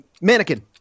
mannequin